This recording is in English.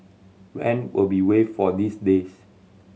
rent will be waived for these days